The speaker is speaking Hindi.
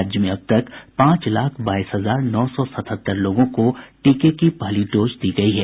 राज्य में अब तक पांच लाख बाईस हजार नौ सौ सतहत्तर लोगों को टीके की पहली डोज दी गयी है